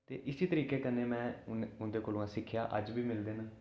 ते इसी तरीके कन्नै में उनें उंदे कोला सिक्खेआ अज्ज बी मिलदे न